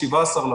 17 במאי,